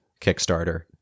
kickstarter